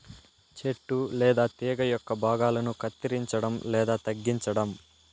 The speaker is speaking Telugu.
చెట్టు లేదా తీగ యొక్క భాగాలను కత్తిరించడం లేదా తగ్గించటం